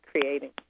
creating